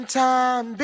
time